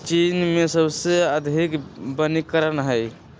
चीन में सबसे अधिक वनीकरण हई